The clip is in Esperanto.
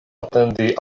atendi